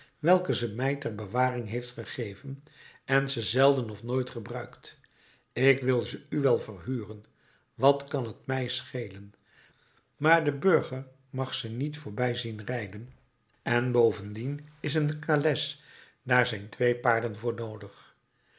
welke ze mij ter bewaring heeft gegeven en ze zelden of nooit gebruikt ik wil ze u wel verhuren wat kan t mij schelen maar de burger mag ze niet voorbij zien rijden en bovendien is t een kales daar zijn twee paarden voor noodig